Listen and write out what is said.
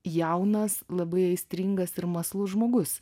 jaunas labai aistringas ir mąslus žmogus